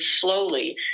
slowly